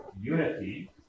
unity